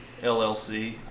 LLC